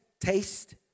Taste